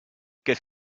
qu’est